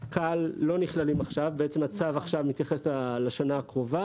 "כאל" לא נכללים עכשיו הצו עכשיו מתייחס לשנה הקרובה